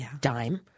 Dime